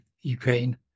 Ukraine